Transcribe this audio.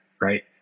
right